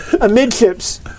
Amidships